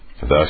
thus